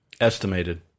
Estimated